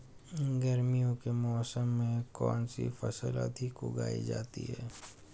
गर्मियों के मौसम में कौन सी फसल अधिक उगाई जाती है?